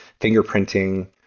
fingerprinting